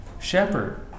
shepherd